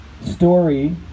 story